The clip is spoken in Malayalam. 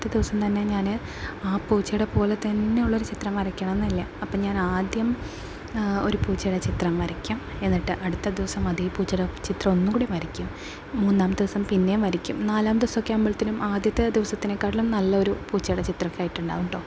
ആദ്യത്തെ ദിവസം തന്നെ ഞാന് ആ പൂച്ചയുടെ പോലെ തന്നെ ഉള്ളൊരു ചിത്രം വരയ്ക്കണം എന്നല്ല അപ്പം ഞാനാദ്യം ഒരു പൂച്ചയുടെ ചിത്രം വരയ്ക്കും എന്നിട്ട് അടുത്ത ദിവസം അതേ പൂച്ചയുടെ ചിത്രം ഒന്നും കൂടെ വരയ്ക്കും മൂന്നാമത്തെ ദിവസം പിന്നേയും വരയ്ക്കും നാലാമത്തെ ദിവസോക്കെ ആകുമ്പൾത്തേന് ആദ്യത്തെ ദിവസത്തിനെ കാട്ടിലും നല്ലൊരു പൂച്ചയുടെ ചിത്രമൊക്കെ ആയിട്ടുണ്ടാകും കെട്ടോ